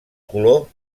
color